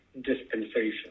dispensation